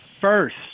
first